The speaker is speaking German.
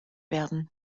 werden